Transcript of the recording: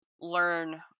learn